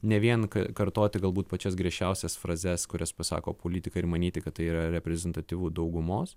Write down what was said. ne vien kartoti galbūt pačias griežčiausias frazes kurias pasako politikai ir manyti kad tai yra reprezentatyvu daugumos